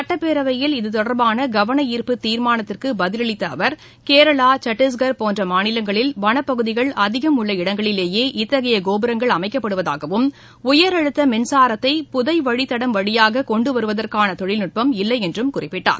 சுட்டப்பேரவையில் இதுதொடர்பான கவனார்ப்புத் தீர்மானத்திற்கு பதிலளித்த அவர் கேரளா சத்தீஸ்கர் போன்ற மாநிலங்களில் வனப்பகுதிகள் அதிகம் உள்ள இடங்களிலேயே இத்தகைய கோபுரங்கள் அமைக்கப்படுவதாகவும் உயர் அழுத்த மின்னரத்தை புதை வழித்தடம் வழியாக கொண்டுவருவதற்கான தொழில்நுட்பம் இல்லையென்றும் அவர் குறிப்பிட்டார்